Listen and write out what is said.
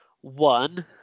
one